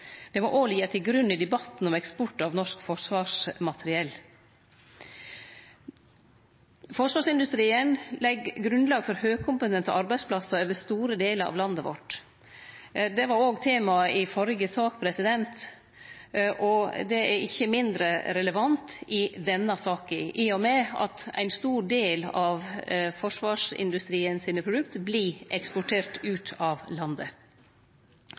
må òg liggje til grunn i debatten om eksport av norsk forsvarsmateriell. Forsvarsindustrien legg grunnlag for høgkompetente arbeidsplassar over store delar av landet vårt. Det var òg tema i førre sak og er ikkje mindre relevant i denne saka. Ein stor del av forsvarsindustriens produkt vert eksporterte ut av landet.